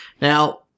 Now